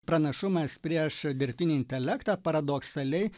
pranašumas prieš dirbtinį intelektą paradoksaliai